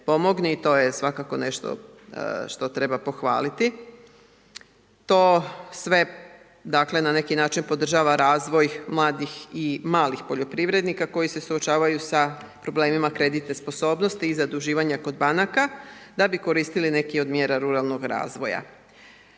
i to je svakako nešto što treba pohvaliti. To sve dakle na neki način podržava razvoj mladih i malih poljoprivrednika koji se suočavaju sa problemima kreditne sposobnosti i zaduživanja kod banaka da bi koristili neke od mjera ruralnog razvoja.